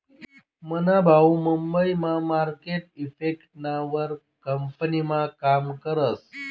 मना भाऊ मुंबई मा मार्केट इफेक्टना वर कंपनीमा काम करस